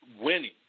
winning